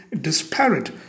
disparate